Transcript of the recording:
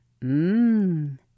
Mmm